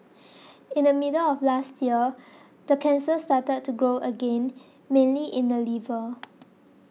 in the middle of last year the cancer started to grow again mainly in the liver